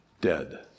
dead